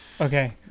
okay